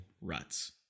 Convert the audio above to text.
ruts